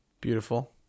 Beautiful